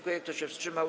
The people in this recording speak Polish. Kto się wstrzymał?